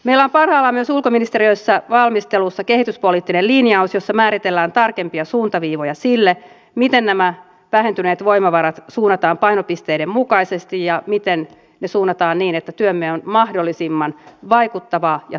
meillä on parhaillaan myös ulkoministeriössä valmistelussa kehityspoliittinen linjaus jossa määritellään tarkempia suuntaviivoja sille miten nämä vähentyneet voimavarat suunnataan painopisteiden mukaisesti ja miten ne suunnataan niin että työmme on mahdollisimman vaikuttavaa ja tuloksellista